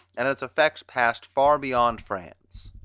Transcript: and its effects passed far beyond france.